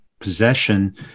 Possession